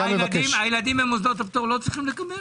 הילדים במוסדות הפטור לא צריכים לקבל?